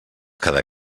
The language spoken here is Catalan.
cada